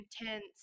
intense